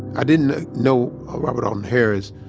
i didn't know robert alton harris,